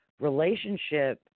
relationship